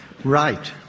Right